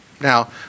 Now